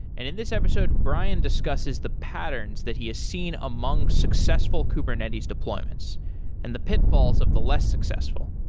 and in this episode, brian discusses the patterns that he is seen among successful kubernetes deployments and the pitfalls of the less successful.